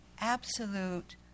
absolute